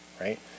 right